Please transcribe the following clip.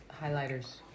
highlighters